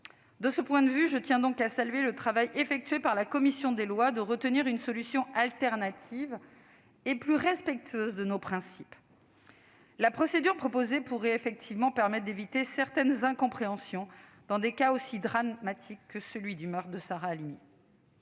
De ce point de vue, je tiens à saluer le travail effectué par la commission des lois : cette dernière a retenu une solution alternative plus respectueuse de nos principes. La procédure proposée pourrait effectivement permettre d'éviter certaines incompréhensions, dans des cas aussi dramatiques que le meurtre de Sarah Halimi.